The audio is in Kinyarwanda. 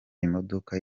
imodoka